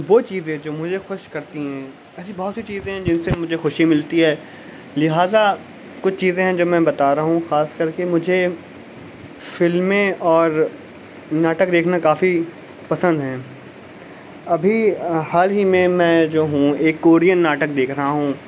وہ چیزیں جو مجھے خوش کرتی ہیں ایسی بہت سی چیزیں ہیں جن سے مجھے خوشی ملتی ہے لہٰذا کچھ چیزیں ہیں جو میں بتا رہا ہوں خاص کر کے مجھے فلمیں اور ناٹک دیکھنا کافی پسند ہیں ابھی حال ہی میں میں جو ہوں ایک کورین ناٹک دیکھ رہا ہوں